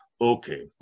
okay